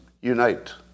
Unite